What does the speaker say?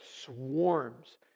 swarms